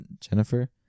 jennifer